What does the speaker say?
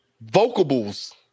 Vocables